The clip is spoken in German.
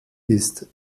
ist